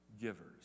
givers